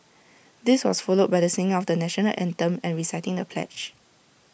this was followed by the singing of the National Anthem and reciting of the pledge